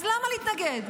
אז למה להתנגד?